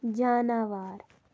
جاناوار